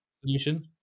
solution